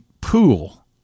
pool